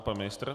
Pan ministr?